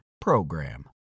PROGRAM